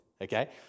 Okay